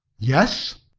yes.